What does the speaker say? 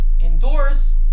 indoors